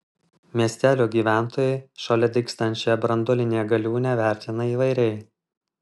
miestelio gyventojai šalia dygstančią branduolinę galiūnę vertina įvairiai